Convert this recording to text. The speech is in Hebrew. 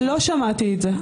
לא שמעתי את זה,